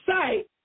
sight